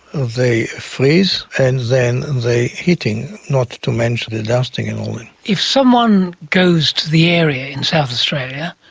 the freeze, and then the heating, not to mention the dusting. and um and if someone goes to the area in south australia,